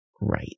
right